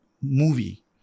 movie